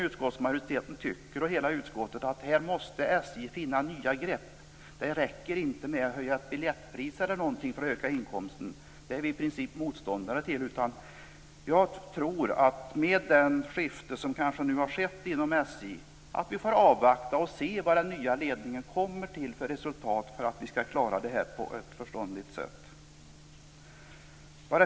Utskottsmajoriteten, och hela utskottet, tycker att SJ måste finna nya grepp. Det räcker inte med att höja biljettpriser eller så för att öka inkomsterna. Det är vi i princip motståndare till. Nu har det ändå skett ett skifte inom SJ. Jag tror alltså att vi får avvakta och se vilka resultat den nya ledningen kommer till för klara detta på ett förståndigt sätt.